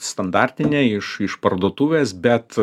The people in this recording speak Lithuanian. standartinė iš iš parduotuvės bet